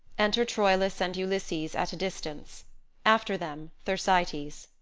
enter troilus and ulysses, at a distance after them thersites ulysses.